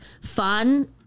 fun